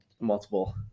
Multiple